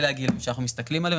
אלה הגילים שאנחנו מסתכלים עליהם,